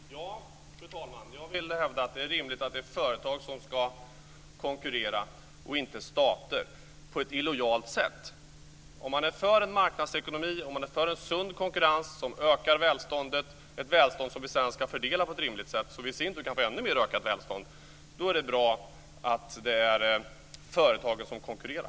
Fru talman! Ja, jag vill hävda att det är rimligt att det är företag som ska konkurrera. Stater ska inte konkurrera på ett illojalt sätt. Om man är för en marknadsekonomi och en sund konkurrens som ökar välståndet, ett välstånd som vi sedan ska fördela på ett rimligt sätt så att vi i vår tur kan få ännu mer ökat välstånd, är det bra att det är företagen som konkurrerar.